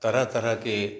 तरह तरह के